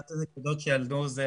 אחת הנקודות שעלו זו